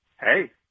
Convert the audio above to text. hey